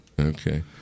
Okay